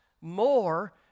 more